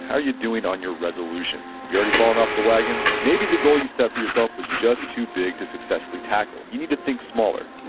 how are you doing on your resolutions? have you already fallen off the wagon? maybe the goal you set for yourself was just too big to successfully tackle. you need to think smaller.